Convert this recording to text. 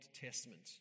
Testament